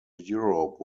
europe